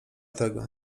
tego